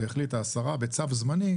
החליטה השרה בצו זמני,